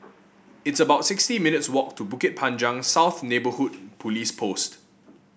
it's about sixty minutes' walk to Bukit Panjang South Neighbourhood Police Post